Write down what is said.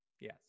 yes